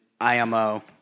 IMO